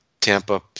Tampa